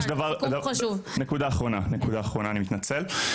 אני מתנצל.